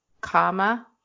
karma